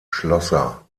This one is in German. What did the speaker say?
schlosser